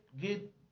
Get